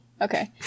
Okay